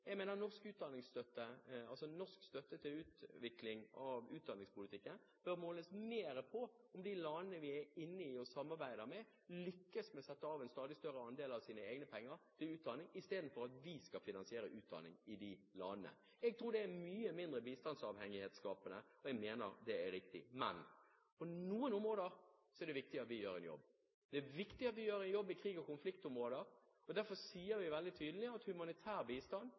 Jeg mener at norsk støtte til utvikling av utdanningspolitikken bør måles mer på om de landene som vi er inne i og samarbeider med, lykkes med å sette av en stadig større andel av sine egne penger til utdanning, i stedet for at vi skal finansiere utdanning i de landene. Jeg tror det er mye mindre bistandsavhengighetsskapende, og jeg mener det er riktig. Men på noen områder er det viktig at vi gjør en jobb. Det er viktig at vi gjør en jobb i krig- og konfliktområder, og derfor sier vi veldig tydelig at det ved humanitær bistand